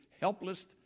helpless